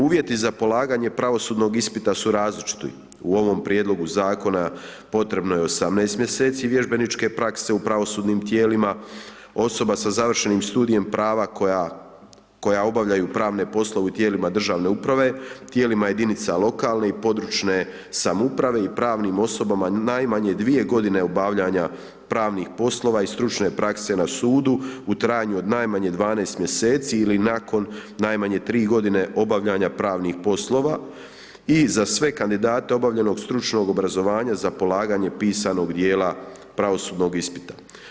Uvjeti za polaganje pravosudnog ispita su različiti, u ovom prijedlogu zakona potrebno je 18 mjeseci vježbeničke prakse u pravosudnim tijelima, osoba za završenim studijem prava koja, koja obavlja pravne poslove u tijelima državne uprave, tijelima jedinica lokalne i područne samouprave i pravnim osobama najmanje 2 godine obavljanja pravnih poslova i stručne prakse na sudu u trajanju od najmanje 12 mjeseci ili nakon najmanje 3 godine obavljanja pravnih poslova i za sve kandidate obavljenog stručnog obrazovanja za polaganje pisanog dijela pravosudnog ispita.